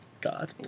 god